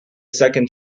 second